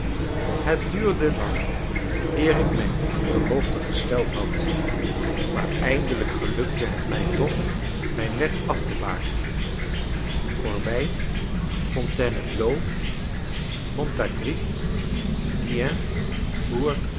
het duurde lang eer ik mij goed op de hoogte gesteld had maar eindelijk gelukte het mij toch mijn weg af te bakenen corbeil fontainebleau montargis gien